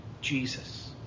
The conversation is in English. Jesus